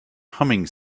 humming